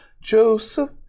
Joseph